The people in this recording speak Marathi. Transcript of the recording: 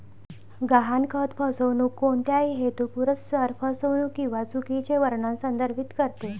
गहाणखत फसवणूक कोणत्याही हेतुपुरस्सर फसवणूक किंवा चुकीचे वर्णन संदर्भित करते